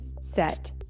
set